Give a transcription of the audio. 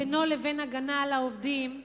בינו לבין הגנה על העובדים,